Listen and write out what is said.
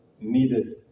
needed